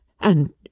And